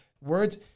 words